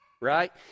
right